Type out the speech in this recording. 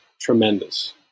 tremendous